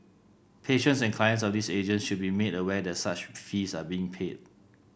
patients and clients of these agents should be made aware that such fees are being paid